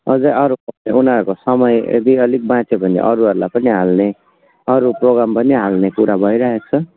अझ अरू उनीहरूको समय यदि अलिक बाँच्यो भने अरूहरूलाई पनि हाल्ने अरू प्रोग्राम पनि हाल्ने कुरा भइरहेको छ